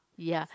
ya